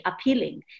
appealing